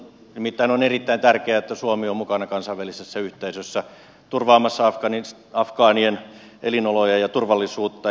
nimittäin on erittäin tärkeää että suomi on mukana kansainvälisessä yhteisössä turvaamassa afgaanien elinoloja ja turvallisuutta